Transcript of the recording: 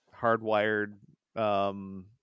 hardwired